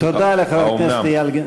תודה לחבר הכנסת האומנם?